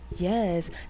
Yes